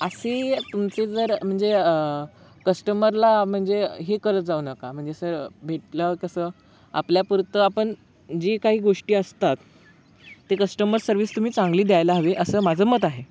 असे तुमचे जर म्हणजे कस्टमरला म्हणजे हे करत जाऊ नका म्हणजे स भेटलं कसं आपल्यापुरतं आपण जी काही गोष्टी असतात ते कस्टमर सर्विस तुम्ही चांगली द्यायला हवी असं माझं मत आहे